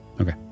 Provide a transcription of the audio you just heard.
Okay